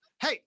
Hey